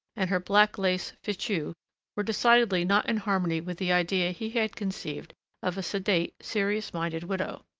and her black lace fichu were decidedly not in harmony with the idea he had conceived of a sedate, serious-minded widow.